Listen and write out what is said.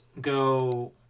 go